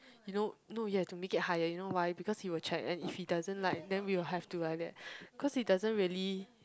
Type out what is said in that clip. you know no you have to make it higher you know why because he will check and if he doesn't like then we will have to like that because it doesn't really